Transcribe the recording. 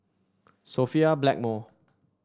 Sophia Blackmore